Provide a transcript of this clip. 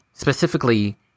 specifically